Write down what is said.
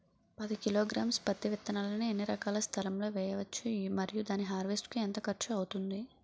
పది కిలోగ్రామ్స్ పత్తి విత్తనాలను ఎన్ని ఎకరాల స్థలం లొ వేయవచ్చు? మరియు దాని హార్వెస్ట్ కి ఎంత ఖర్చు అవుతుంది?